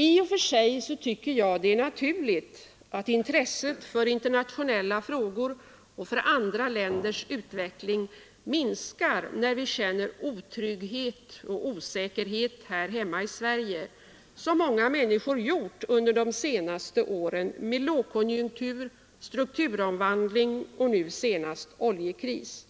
I och för sig tycker jag det är naturligt att intresset för internationella frågor och för andra länders utveckling minskar när vi känner otrygghet och osäkerhet här hemma i Sverige, vilket många människor gjort under de senaste åren med lågkonjunktur, strukturomvandling och nu senast oljekris.